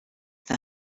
the